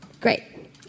Great